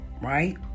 Right